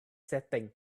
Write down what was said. setting